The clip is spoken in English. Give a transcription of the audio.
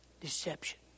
Deception